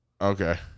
Okay